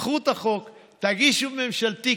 קחו את החוק ותגישו ממשלתי,